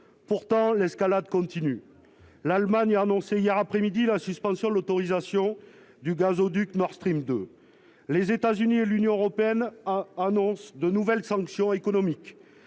pourtant l'escalade continue, l'Allemagne a annoncé hier après-midi, la suspension de l'autorisation du gazoduc Nord Stream 2, les États-Unis et l'Union européenne, annonce de nouvelles sanctions économiques